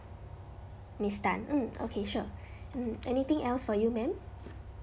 miss tan mm okay sure mm anything else for you ma'am